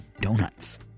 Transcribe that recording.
donuts